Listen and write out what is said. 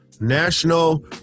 National